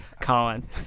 Colin